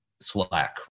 Slack